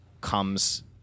comes